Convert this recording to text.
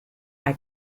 hay